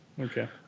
okay